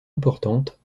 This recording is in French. importante